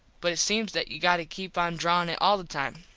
but it seems that you got to keep on drawin it all the time.